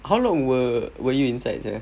how long were were you inside sia